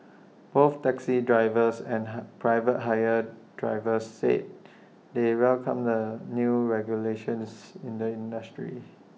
both taxi drivers and private hire drivers said they welcome the new regulations in the industry